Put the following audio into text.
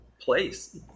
place